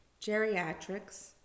geriatrics